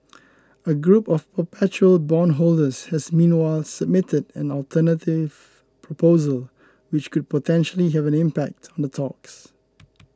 a group of perpetual bondholders has meanwhile submitted an alternative proposal which could potentially have an impact on the talks